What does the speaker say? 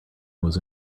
was